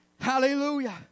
Hallelujah